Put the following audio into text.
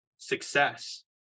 success